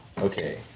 Okay